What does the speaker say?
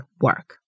work